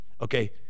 Okay